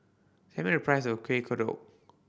tell me the price of Kueh Kodok